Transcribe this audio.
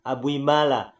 Abuimala